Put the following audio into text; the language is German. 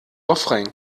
refrain